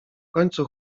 końcu